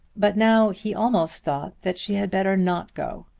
but now he almost thought that she had better not go.